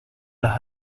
las